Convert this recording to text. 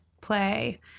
play